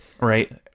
Right